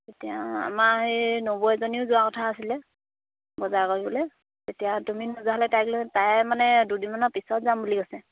এতিয়া আমাৰ এই নবৌ এজনীও যোৱা কথা আছিলে বজাৰ কৰিবলৈ তেতিয়া তুমি নোযোৱা হ'লে তাইক লৈ তাই মানে দুদিনমানৰ পিছত যাম বুলি কৈছে